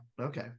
okay